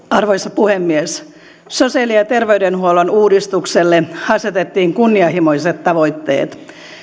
arvoisa puhemies sosiaali ja terveydenhuollon uudistukselle asetettiin kunnianhimoiset tavoitteet